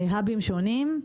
האבים שונים,